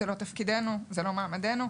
זהו לא תפקידנו; זהו לא מעמדנו.